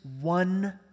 one